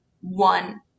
one